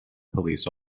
police